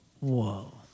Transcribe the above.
Whoa